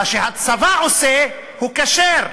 מה שהצבא עושה הוא כשר,